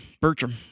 Bertram